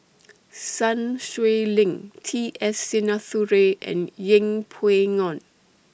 Sun Xueling T S Sinnathuray and Yeng Pway Ngon